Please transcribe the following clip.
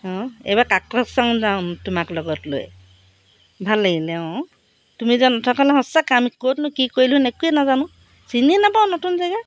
অঁ এইবাৰ কাকচাং যাম তোমাক লগত লৈ ভাল লাগিলে অঁ তুমি যে নথকা হ'লে সঁচা কাম ক'তনো কি কৰিলোঁ একোৱে নাজানো চিনিয়ে নাপাওঁ নতুন জেগা